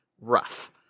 rough